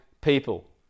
people